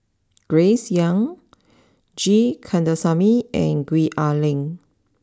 Grace young G Kandasamy and Gwee Ah Leng